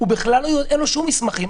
אין לו שום מסמכים,